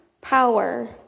power